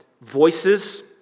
voices